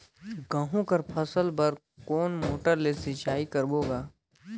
गहूं कर फसल बर कोन मोटर ले सिंचाई करबो गा?